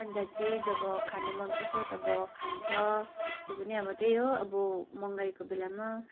अन्त चाहिँ जब खानु मनपर्छ तब खान्छ त्यो पनि अब त्यही हो अब महँगाइको बेलामा